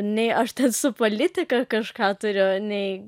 nei aš ten su politika kažką turiu nei